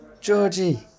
Georgie